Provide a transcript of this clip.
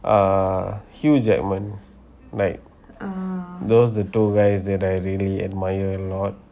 err hugh jackman like those the two guys that I really admire a lot